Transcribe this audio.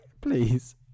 Please